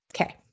Okay